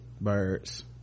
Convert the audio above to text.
birds